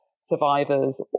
survivors